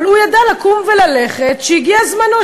אבל הוא ידע לקום וללכת כשהגיע זמנו.